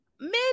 Mid